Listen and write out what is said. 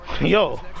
Yo